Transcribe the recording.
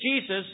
Jesus